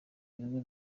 ibigo